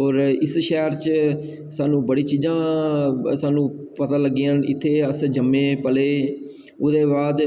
और इस शैह्र च स्हान्नूं बड़ियां चीजां स्हान्नूं पता लग्गियां इत्थै अस जम्मू में ओह्दे बाद